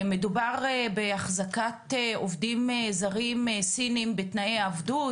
מדובר באחזקת עובדים זרים סיניים בתנאי עבדות,